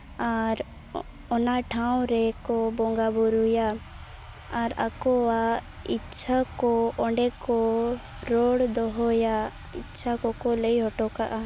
ᱟᱨ ᱚᱱᱟ ᱴᱷᱟᱶ ᱨᱮᱠᱚ ᱵᱚᱸᱜᱟᱼᱵᱩᱨᱩᱭᱟ ᱟᱨ ᱟᱠᱚᱣᱟᱜ ᱤᱪᱪᱷᱟᱹ ᱠᱚ ᱚᱸᱰᱮ ᱠᱚ ᱨᱚᱲ ᱫᱚᱦᱚᱭᱟ ᱤᱪᱪᱷᱟᱹ ᱠᱚᱠᱚ ᱞᱟᱹᱭ ᱦᱚᱴᱚ ᱠᱟᱜᱼᱟ